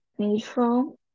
Neutral